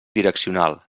direccional